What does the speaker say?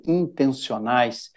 intencionais